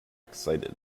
excited